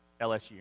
LSU